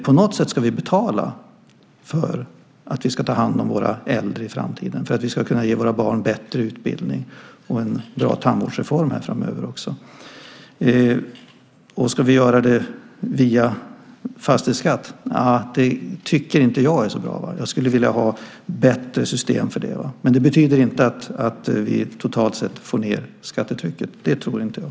På något sätt ska vi betala för att vi ska ta hand om våra äldre i framtiden, för att vi ska kunna ge våra barn bättre utbildning och också kunna genomföra en bra tandvårdsreform framöver. Ska vi göra det via fastighetsskatt? Nej, det tycker inte jag är så bra. Jag skulle vilja ha ett bättre system för det. Men det betyder inte att vi totalt sett får ned skattetrycket. Det tror inte jag.